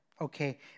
okay